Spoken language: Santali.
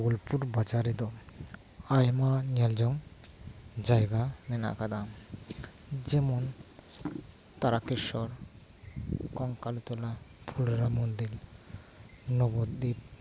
ᱵᱳᱞᱯᱩᱨ ᱵᱟᱡᱟᱨ ᱨᱮᱫᱚ ᱟᱭᱢᱟ ᱧᱮᱞ ᱡᱚᱝ ᱡᱟᱭᱜᱟ ᱢᱮᱱᱟᱜ ᱟᱠᱟᱫᱟ ᱡᱮᱢᱚᱱ ᱛᱟᱨᱠᱮᱥᱚᱨ ᱠᱚᱝᱠᱟᱞᱤ ᱛᱚᱞᱟ ᱯᱷᱩᱞᱚᱨᱟ ᱢᱚᱱᱫᱤᱨ ᱱᱚᱵᱚᱫᱽᱫᱤᱯ